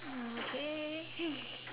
oh okay